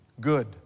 Good